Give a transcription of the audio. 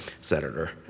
senator